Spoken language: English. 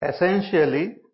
Essentially